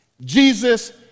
Jesus